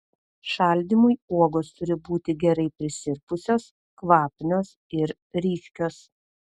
šaldymui uogos turi būti gerai prisirpusios kvapnios ir ryškios